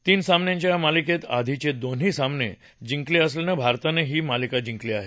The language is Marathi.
तीन सामन्यांच्या या मालिकेत आधीचे दोन्ही सामने जिंकले असल्यानं भारतानं ही मालिका जिंकली आहे